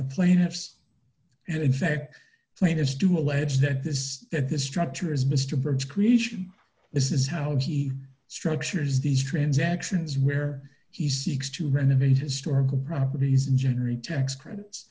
the plaintiffs and in fact plaintiffs to allege that this that this structure is mr briggs creation this is how he structures these transactions where he seeks to renovate historical properties and generally tax credits